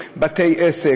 בתי-עסק,